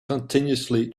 continuously